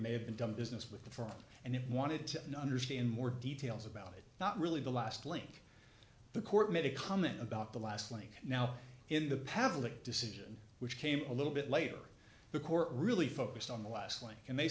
may have been done business with the firm and it wanted to understand more details about it not really the last link the court made a comment about the last link now in the pavlik decision which came a little bit later the court really focused on the last line and they